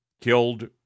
killed